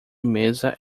mesa